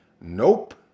Nope